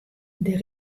dêr